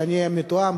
שאני אהיה מתואם,